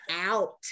out